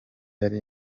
yari